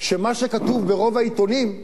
שמה שכתוב ברוב העיתונים,